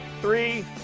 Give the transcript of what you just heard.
three